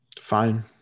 fine